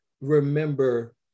remember